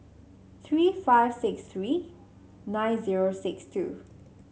three five six three nine zero six two